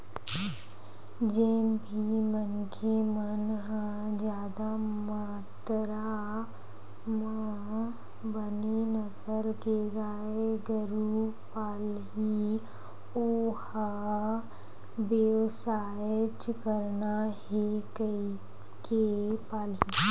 जेन भी मनखे मन ह जादा मातरा म बने नसल के गाय गरु पालही ओ ह बेवसायच करना हे कहिके पालही